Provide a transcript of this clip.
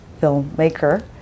filmmaker